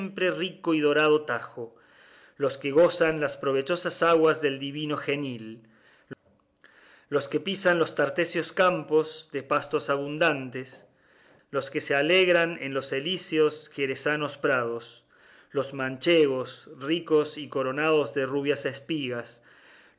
rico y dorado tajo los que gozan las provechosas aguas del divino genil los que pisan los tartesios campos de pastos abundantes los que se alegran en los elíseos jerezanos prados los manchegos ricos y coronados de rubias espigas